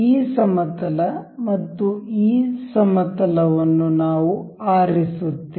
ಈ ಸಮತಲ ಮತ್ತು ಈ ಸಮತಲವನ್ನು ನಾವು ಆರಿಸುತ್ತೇವೆ